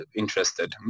interested